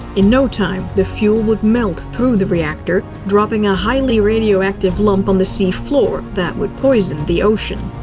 in no time, the fuel would melt through the reactor, dropping a highly radioactive lump on the seafloor, that would poison the ocean.